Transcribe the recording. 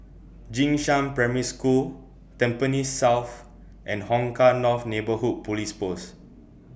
Jing Shan Primary School Tampines South and Hong Kah North Neighbourhood Police Post